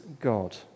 God